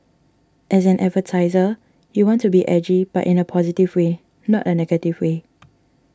as an advertiser you want to be edgy but in a positive way not a negative way